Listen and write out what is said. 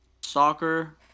soccer